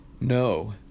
No